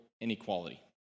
inequality